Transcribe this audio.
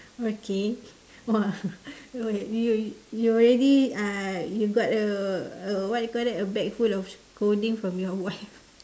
okay !wah! you you already uh you got a what you call that a bag full of scolding from your wife